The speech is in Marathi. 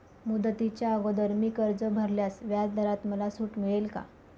मुदतीच्या अगोदर मी कर्ज भरल्यास व्याजदरात मला सूट मिळेल का?